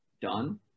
done